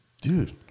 dude